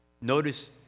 Notice